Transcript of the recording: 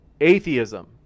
atheism